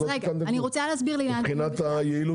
לא תיקנתם כלום מבחינת היעילות.